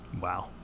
Wow